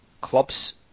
clubs